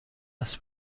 است